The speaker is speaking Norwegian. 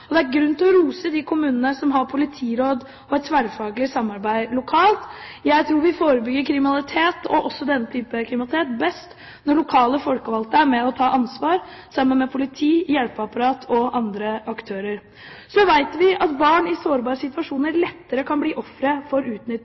Det er grunn til å rose de kommunene som har Politiråd og et tverrfaglig samarbeid lokalt. Jeg tror vi forebygger kriminalitet – også denne type kriminalitet – best når lokale folkevalgte er med og tar ansvar sammen med politi, hjelpeapparat og andre aktører. Vi vet at barn i sårbare situasjoner lettere kan bli ofre for